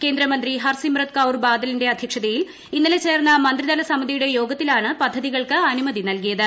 കേന്ദ്രമന്ത്രി ഹർസിമ്രത്ത് കൌർ ബാദലിന്റെ അധ്യക്ഷതയിൽ ഇന്നലെ ചേർന്ന മന്ത്രിതല സമിതിയുടെ യോഗത്തിലാണ് പദ്ധതികൾക്ക് അനുമതി നൽകിയത്